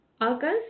August